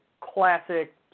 classic